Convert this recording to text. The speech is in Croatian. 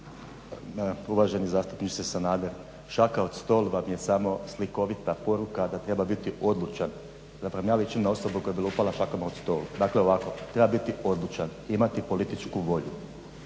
Uvaženi zastupniče Sanader, šaka o stol vam je samo slikovita poruka da treba biti odlučan, zapravo nad većina osoba koja bi lupala šakom o stol, dakle ovako, treba biti odlučan, imati političku volju.